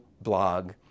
blog